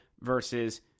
versus